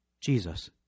Jesus